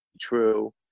true